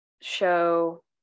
show